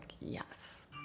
yes